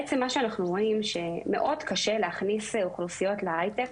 בעצם מה שאנחנו רואים הוא זה שמאוד קשה להכניס אוכלוסיות להיי טק,